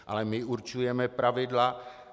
Ale my určujeme pravidla.